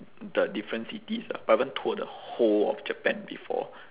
the different cities ah but I haven't tour the whole of japan before